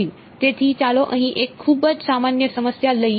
તેથી ચાલો અહીં એક ખૂબ જ સામાન્ય સમસ્યા લઈએ